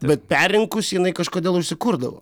bet perrinkus jinai kažkodėl užsikurdavo